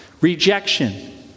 rejection